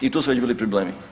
I tu su već bili problemi.